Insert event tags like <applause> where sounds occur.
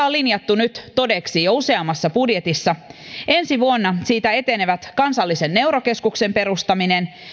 <unintelligible> on linjattu nyt todeksi jo useammassa budjetissa ja ensi vuonna siitä etenevät kansallisen neurokeskuksen perustaminen